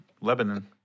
Lebanon